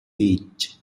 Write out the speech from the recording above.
each